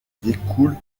découle